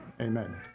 amen